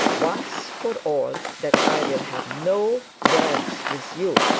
once for all, that i will have no words with you